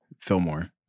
Fillmore